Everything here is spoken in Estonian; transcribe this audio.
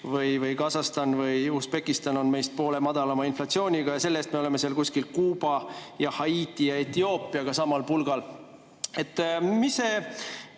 või Kasahstan või Usbekistan on meist poole madalama inflatsiooniga, see‑eest me oleme seal kuskil Kuuba ja Haiti ja Etioopiaga samal pulgal. Mis teie